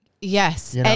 yes